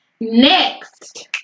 Next